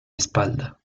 espalda